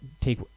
take